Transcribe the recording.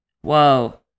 Whoa